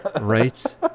Right